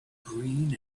green